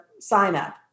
sign-up